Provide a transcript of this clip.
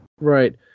Right